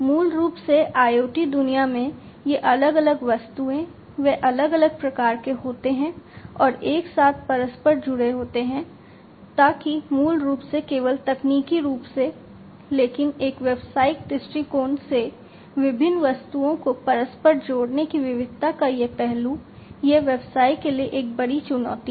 मूल रूप से IoT दुनिया में ये अलग अलग वस्तुएं वे अलग अलग प्रकार के होते हैं और एक साथ परस्पर जुड़े होते हैं ताकि मूल रूप से केवल तकनीकी रूप से लेकिन एक व्यावसायिक दृष्टिकोण से विभिन्न वस्तुओं को परस्पर जोड़ने की विविधता का यह पहलू यह व्यवसायों के लिए एक बड़ी चुनौती है